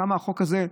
כמה החוק הזה,